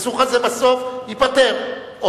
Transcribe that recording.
הסכסוך הזה ייפתר בסוף,